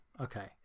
okay